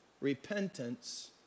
repentance